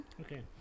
Okay